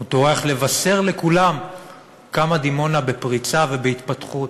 הוא טורח לבשר לכולם כמה דימונה בפריצה ובהתפתחות.